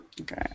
Okay